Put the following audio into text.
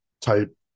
type